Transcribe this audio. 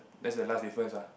that's the last difference lah